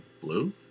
blue